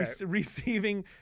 receiving